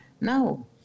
No